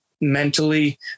mentally